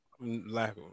lack